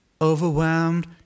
overwhelmed